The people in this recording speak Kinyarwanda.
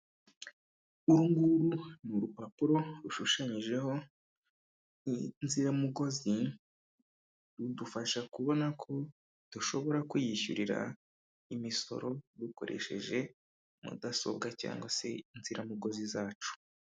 Uru nguru ni urupapuro rushushanyijeho inziramugozi, rudufasha kubona ko dushobora kwiyishyurira imisoro dukoresheje mudasobwa cyangwa se inziramugozi zacu.